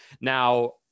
Now